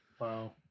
Wow